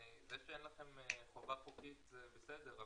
זה שאין לכם חובה חוקית זה בסדר,